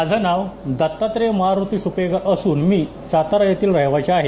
माझं नाव दत्तात्र्य मारुती सुपेकर असून मी सातारा येथील रहिवासी आहे